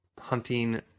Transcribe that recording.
hunting